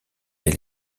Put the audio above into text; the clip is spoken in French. elle